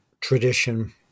tradition